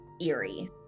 eerie